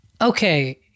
okay